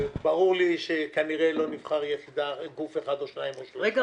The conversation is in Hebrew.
ברור לי שכנראה לא נבחר גוף אחד או שניים או שלושה --- רגע,